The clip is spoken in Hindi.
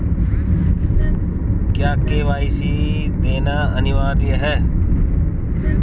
क्या के.वाई.सी देना अनिवार्य है?